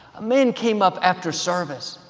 a man came up after service,